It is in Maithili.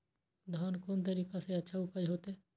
धान कोन तरीका से अच्छा उपज होते?